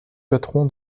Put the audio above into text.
patron